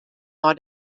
nei